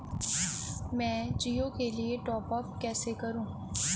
मैं जिओ के लिए टॉप अप कैसे करूँ?